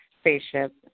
spaceship